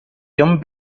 jon